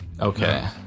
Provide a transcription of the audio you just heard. Okay